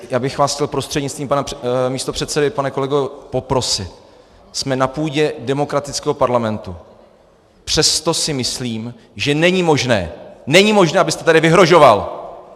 Já bych vás chtěl prostřednictvím pana místopředsedy, pane kolego, poprosit, jsme na půdě demokratického parlamentu, přesto si myslím, že není možné, není možné!, abyste tady vyhrožoval!